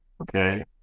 okay